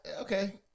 okay